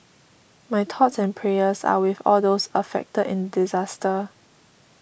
my thoughts and prayers are with all those affected in disaster